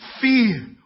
fear